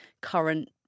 current